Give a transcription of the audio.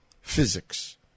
physics